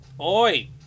Oi